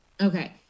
Okay